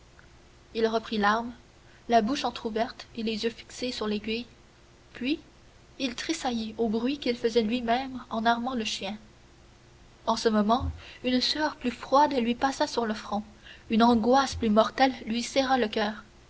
il reprit l'arme la bouche entrouverte et les yeux fixés sur l'aiguille puis il tressaillit au bruit qu'il faisait lui-même en armant le chien en ce moment une sueur plus froide lui passa sur le front une angoisse plus mortelle lui serra le coeur